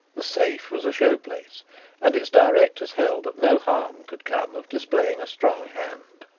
the safe was a showplace and its directors held that no harm could come of displaying a strong hand.